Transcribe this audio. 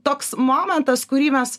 toks momentas kurį mes